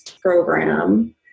program